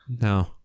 No